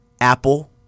apple